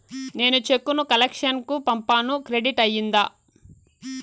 నేను చెక్కు ను కలెక్షన్ కు పంపాను క్రెడిట్ అయ్యిందా